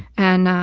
and, ah,